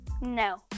No